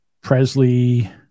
Presley